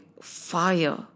fire